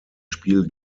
spiel